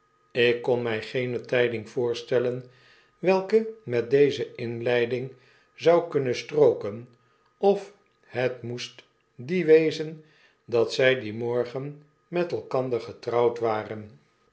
ik kon my geene tyding voorstellen welke met deze inleiding zou kunnen strooken of bet moest die wezen dat zy dien morgen met elkander getrouwd waren